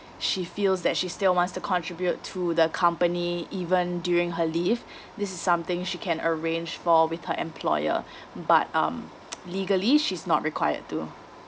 she feels that she still wants to contribute to the company even during her leave this is something she can arrange for with her employer but um legally she's not required to